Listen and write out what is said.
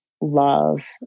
love